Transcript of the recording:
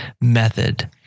method